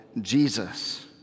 Jesus